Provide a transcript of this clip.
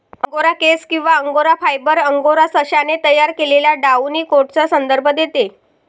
angora केस किंवा angora fibre, angora सशाने तयार केलेल्या डाउनी कोटचा संदर्भ देते